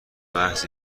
محض